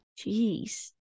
Jeez